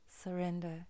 surrender